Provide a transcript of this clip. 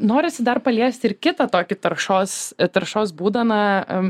norisi dar paliesti ir kitą tokį taršos į taršos būdą na am